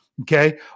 Okay